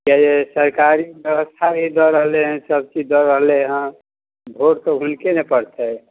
किआ जे सरकारी व्यवस्था जे दऽ रहलै हँ सब चीज दऽ रहलै हँ भोट तऽ हुनके ने पड़तै